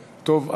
טוב,